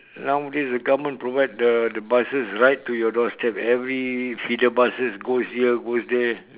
nowadays the government provide the the buses right to your doorstop every feeder buses goes here goes there